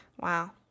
wow